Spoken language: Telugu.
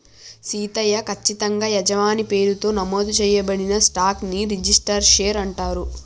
సీతయ్య, కచ్చితంగా యజమాని పేరుతో నమోదు చేయబడిన స్టాక్ ని రిజిస్టరు షేర్ అంటారు